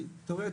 כי אתה רואה,